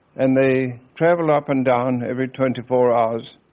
and they travel up and down every twenty four hours,